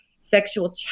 sexual